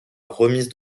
remise